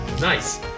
Nice